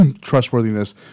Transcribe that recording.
trustworthiness